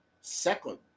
second